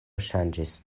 ŝanĝis